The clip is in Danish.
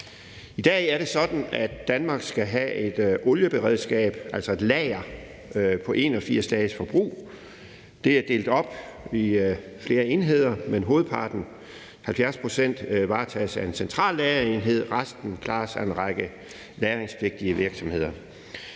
I dag er det sådan, at Danmark skal have et olieberedskab, altså et lager på 81 dages forbrug. Det er delt op i flere enheder, men hovedparten – 70 pct – varetages af en centrallagerenhed. Resten klares af en række lagringspligtige virksomheder.